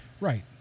Right